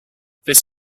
this